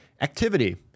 activity